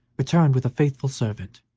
returned with a faithful servant,